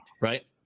Right